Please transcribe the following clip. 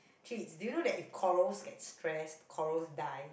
chiz do you know that when corals get stressed corals die